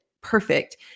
perfect